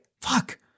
Fuck